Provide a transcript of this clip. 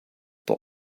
der